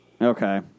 Okay